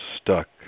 stuck